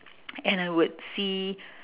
and I would see